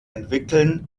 entwickeln